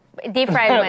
Deep-fried